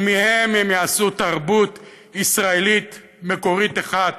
ומהם הם יעשו תרבות ישראלית מקורית אחת,